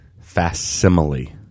facsimile